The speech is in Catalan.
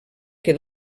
que